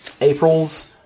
April's